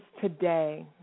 today